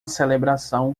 celebração